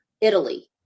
Italy